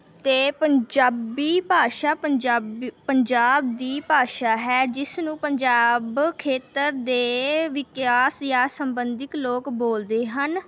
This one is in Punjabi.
ਅਤੇ ਪੰਜਾਬੀ ਭਾਸ਼ਾ ਪੰਜਾਬੀ ਪੰਜਾਬ ਦੀ ਭਾਸ਼ਾ ਹੈ ਜਿਸ ਨੂੰ ਪੰਜਾਬ ਖੇਤਰ ਦੇ ਵਿਕਾਸ ਜਾਂ ਸੰਬੰਧਕ ਲੋਕ ਬੋਲਦੇ ਹਨ